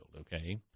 okay